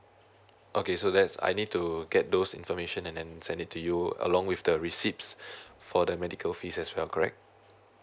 okay so that's I need to get those information and then send it to you along with the receipts for the medical fees as well correct